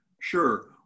Sure